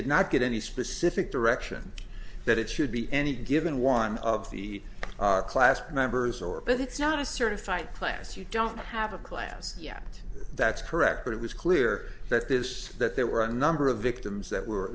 did not get any specific direction that it should be any given one of the class members or but it's not a certified class you don't have a class yet that's correct but it was clear that this that there were a number of victims that were